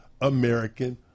American